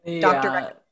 doctor